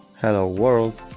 hello world